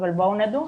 אבל בואו נדון.